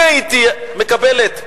אני הייתי מקבלת.